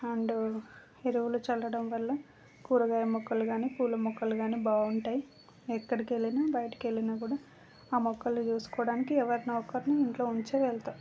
and ఎరువులు చల్లడం వల్ల కూరగాయ మొక్కలు కాని పూల మొక్కలు కాని బాగుంటాయి ఎక్కడికివెళ్ళిన బయటికి వెళ్ళిన కూడా ఆ మొక్కలని చూసుకోవడానికి ఎవరినో ఒకరిని ఇంట్లో ఉంచే వెళ్తాం